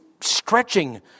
stretching